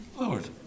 Lord